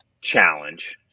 challenge